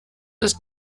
ist